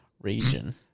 region